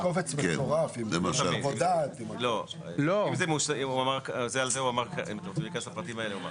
על זה הוא אמר אם אתה רוצה לפרטים האלה הוא אמר,